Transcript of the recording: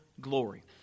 glory